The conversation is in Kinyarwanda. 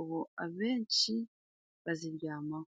ubu abenshi baziryamaho.